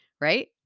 right